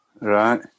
Right